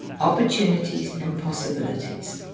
opportunities and possibilities.